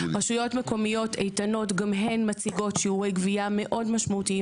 רשויות מקומיות איתנות גם הן מציגות שיעורי גבייה מאוד משמעותיים,